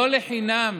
לא לחינם